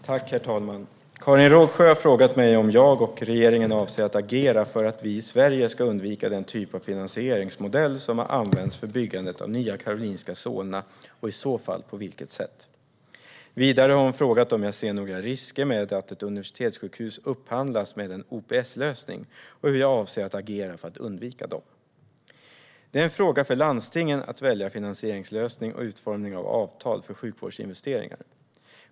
Herr talman! Karin Rågsjö har frågat mig om jag och regeringen avser att agera för att vi i Sverige ska undvika den typ av finansieringsmodell som har använts för byggandet av Nya Karolinska Solna och i så fall på vilket sätt. Vidare har hon frågat om jag ser några risker med att ett universitetssjukhus upphandlas med en OPS-lösning och hur jag avser att agera för att undvika dem. Det är en fråga för landstingen att välja finansieringslösning och utformning av avtal för sjukvårdsinvesteringar.